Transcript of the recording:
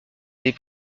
des